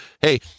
Hey